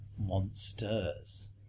Monsters